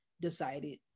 decided